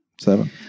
Seven